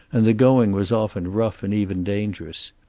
and the going was often rough and even dangerous.